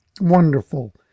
Wonderful